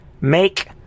make